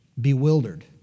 bewildered